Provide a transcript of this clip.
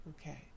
Okay